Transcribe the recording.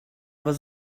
was